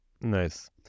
Nice